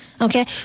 Okay